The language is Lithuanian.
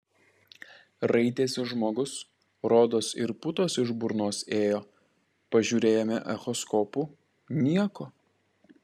raitėsi žmogus rodos ir putos iš burnos ėjo pažiūrėjome echoskopu nieko